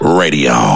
radio